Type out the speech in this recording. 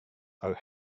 are